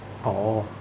orh